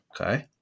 Okay